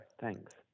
thanks